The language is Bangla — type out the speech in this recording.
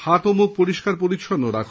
হাত ও মুখ পরিষ্কার পরিচ্ছন্ন রাখুন